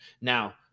Now